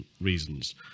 reasons